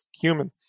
human